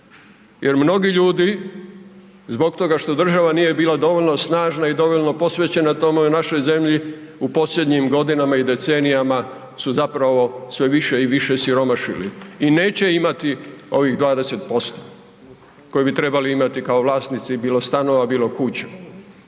jer mnogi ljudi zbog toga što država nije bila dovoljno snažna i dovoljno posvećena tome u našoj zemlji u posljednjim godinama i decenijama su zapravo sve više i više siromašili i neće imati ovih 20% koje bi trebali imati kao vlasnici bilo stanova, bilo kuća.